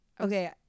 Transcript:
okay